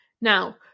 Now